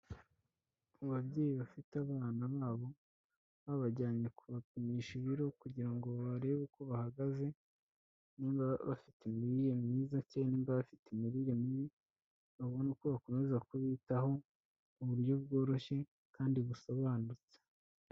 Ku babyeyi bafite abana babo babajyanye kubapimisha ibiro kugira ngo barebe uko bahagaze, nimba bafite imirire myiza cyangwa mimba bafite imirire mibi, babona uko bakomeza kubitaho mu buryo bworoshye kandi busobanutse.